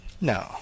No